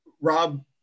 rob